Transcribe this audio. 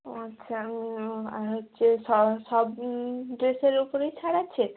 ও আচ্ছা আমি আর হচ্ছে সবই ড্রেসের উপরেই ছাড় আছে